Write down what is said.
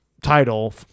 title